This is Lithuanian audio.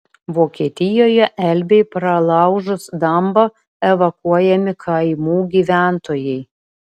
vokietijoje elbei pralaužus dambą evakuojami kaimų gyventojai